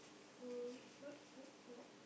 food food food food